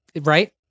right